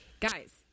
Guys